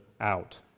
out